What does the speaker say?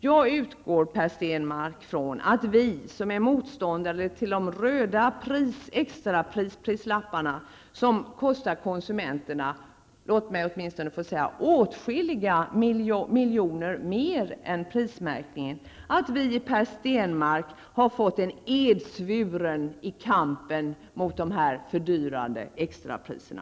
Jag utgår, Per Stenmarck, från att vi som är motståndare till de röda extrapris-prislapparna, som kostar konsumenterna -- låt mig åtminstone få säga det -- åtskilliga miljoner mer än prismärkningen, i Per Stenmarck har fått en edsvuren i kampen mot de fördyrande extrapriserna.